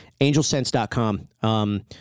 Angelsense.com